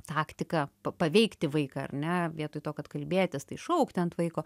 taktiką pa paveikti vaiką ar ne vietoj to kad kalbėtis tai šaukti ant vaiko